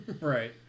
Right